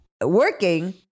working